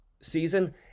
season